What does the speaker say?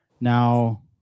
now